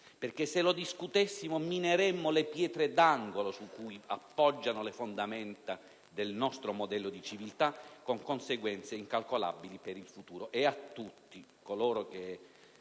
perché se lo discutessimo mineremmo le pietre d'angolo su cui appoggiano le fondamenta del nostro modello di civiltà, con conseguenze incalcolabili per il futuro. E a tutti coloro che